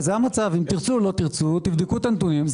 תרצו או לא, תבדקו את הנתונים.